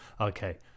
okay